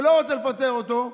ולא רוצה לפטר אותו,